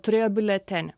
turėjo biuletenį